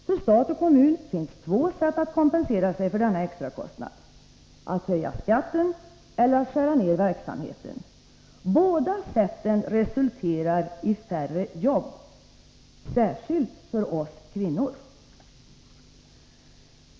För stat och kommun finns två sätt att kompensera sig för denna extrakostnad — att höja skatten eller att skära ner verksamheten. Båda sätten resulterar i färre jobb — särskilt för oss kvinnor.